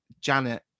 janet